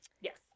Yes